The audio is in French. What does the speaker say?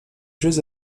jeux